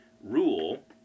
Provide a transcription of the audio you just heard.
rule